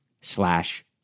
slash